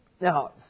Now